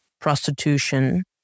prostitution